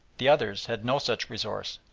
the others had no such resource.